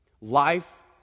Life